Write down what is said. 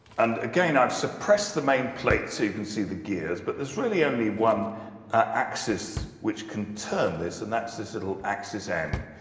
and again, i've suppressed the main plate so you can see the gears, but there's really only one axis which can turn this, and that's this little axis m.